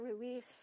relief